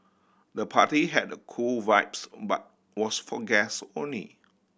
the party had a cool vibes but was for guest only